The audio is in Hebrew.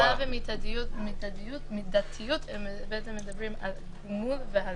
כשהם מדברים על הלימה ומידתיות הם בעצם מדברים על גמול והלימה.